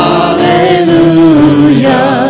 Hallelujah